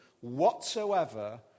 whatsoever